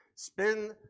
Spin